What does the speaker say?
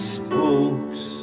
spokes